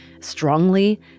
strongly